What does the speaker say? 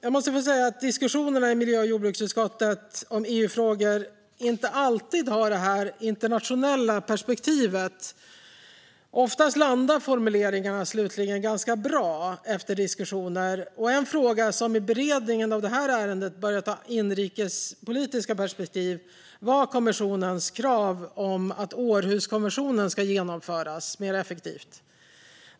Jag måste få säga att miljö och jordbruksutskottets diskussioner i EU-frågor inte alltid har detta internationella perspektiv, men oftast landar formuleringarna slutligen bra efter diskussioner. En fråga som i beredningen av detta ärende började anta inrikespolitiska perspektiv var kommissionens krav på att Århuskonventionen ska genomföras mer effektivt.